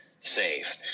safe